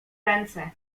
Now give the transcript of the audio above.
ręce